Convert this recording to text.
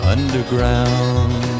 Underground